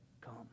come